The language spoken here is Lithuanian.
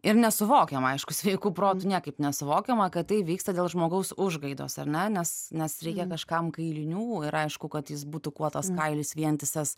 ir nesuvokiama aišku sveiku protu niekaip nesuvokiama kad tai vyksta dėl žmogaus užgaidos ar ne nes nes reikia kažkam kailinių ir aišku kad jis būtų kuo tas kailis vientisas